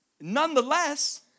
Nonetheless